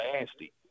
nasty